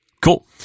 Cool